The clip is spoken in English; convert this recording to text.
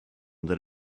that